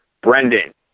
Brendan